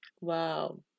Wow